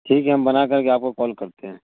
ٹھیک ہے ہم بنا کر کے آپ کو کال کرتے ہیں